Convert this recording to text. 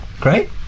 great